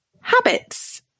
habits